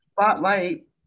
spotlight